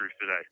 today